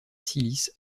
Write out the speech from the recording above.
silice